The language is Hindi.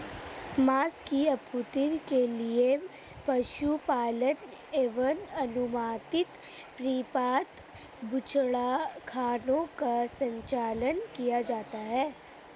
माँस की आपूर्ति के लिए पशुपालन एवं अनुमति प्राप्त बूचड़खानों का संचालन किया जाता है